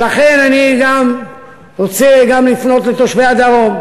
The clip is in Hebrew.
ולכן אני רוצה גם לפנות לתושבי הדרום.